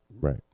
Right